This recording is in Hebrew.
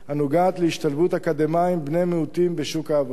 הנוגעת להשתלבות אקדמאים בני-מיעוטים בשוק העבודה.